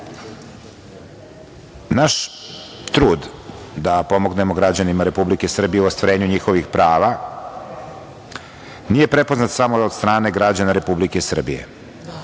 trud da pomognemo građanima Republike Srbije u ostvarenju njihovih prava, nije prepoznat samo od strane građana Republike Srbije, već